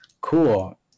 cool